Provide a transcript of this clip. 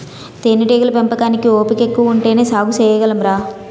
తేనేటీగల పెంపకానికి ఓపికెక్కువ ఉంటేనే సాగు సెయ్యగలంరా